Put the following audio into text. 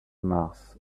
mars